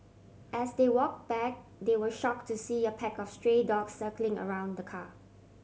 as they walk back they were shock to see a pack of stray dogs circling around the car